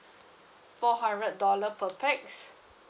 four hundred dollar per pax